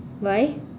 why